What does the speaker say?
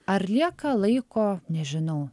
ar lieka laiko nežinau